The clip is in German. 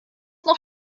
noch